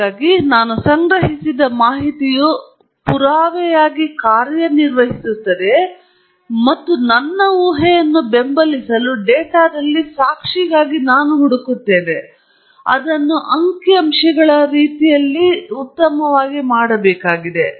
ಹಾಗಾಗಿ ನಾನು ಸಂಗ್ರಹಿಸಿದ ಮಾಹಿತಿಯು ಪುರಾವೆಯಾಗಿ ಕಾರ್ಯನಿರ್ವಹಿಸುತ್ತದೆ ಮತ್ತು ನನ್ನ ಊಹೆಯನ್ನು ಬೆಂಬಲಿಸಲು ಡೇಟಾದಲ್ಲಿ ಸಾಕ್ಷಿಗಾಗಿ ನಾನು ಹುಡುಕುತ್ತೇನೆ ಮತ್ತು ಅದನ್ನು ಅಂಕಿಅಂಶಗಳ ರೀತಿಯಲ್ಲಿ ಉತ್ತಮವಾಗಿ ಮಾಡಬೇಕಾಗಿದೆ